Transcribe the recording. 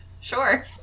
Sure